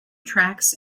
tracks